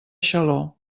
xaló